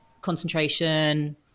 concentration